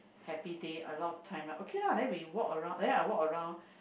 happy day a lot of time lah then we walk around then I walk around